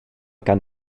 gan